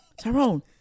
tyrone